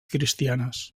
cristianes